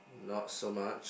not so much